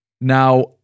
Now